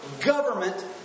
government